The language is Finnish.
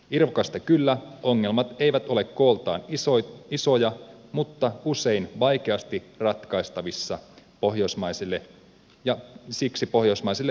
irvokasta kyllä ongelmat eivät ole kooltaan isoja mutta usein vaikeasti ratkaistavissa ja siksi pohjoismaisille yhteiskunnille kalliita